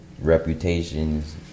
reputations